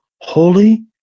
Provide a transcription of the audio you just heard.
holy